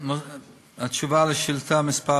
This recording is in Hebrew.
בתשובה על שאילתה מס'